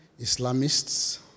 Islamists